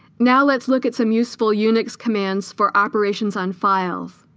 now let's look at some useful unix commands for operations on files